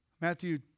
Matthew